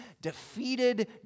defeated